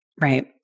Right